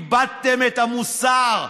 איבדתם את המוסר.